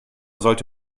sollte